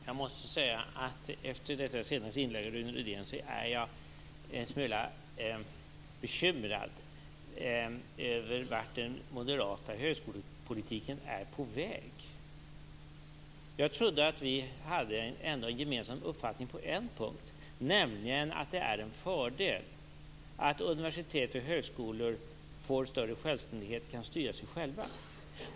Fru talman! Efter detta senaste inlägg av Rune Rydén blir jag en smula bekymrad över vart den moderata högskolepolitiken är på väg. Jag trodde att vi hade en gemensam uppfattning på en punkt, nämligen att det är en fördel att universitet och högskolor får större självständighet och kan styra sig själva.